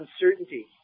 uncertainty